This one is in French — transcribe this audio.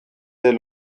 dès